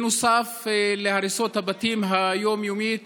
נוסף להריסת הבתים היום-יומית